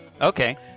Okay